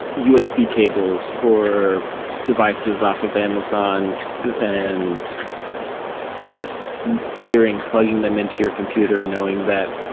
usb cables or devices off of amazon and just fearing plugging them into your computer knowing that,